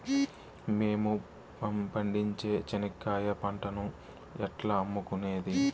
మేము పండించే చెనక్కాయ పంటను ఎట్లా అమ్ముకునేది?